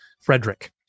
Frederick